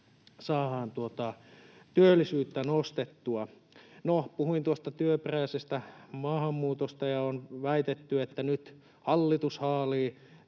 tuota työllisyyttä nostettua. No, puhuin tuosta työperäisestä maahanmuutosta, ja on väitetty, että nyt hallitus haalii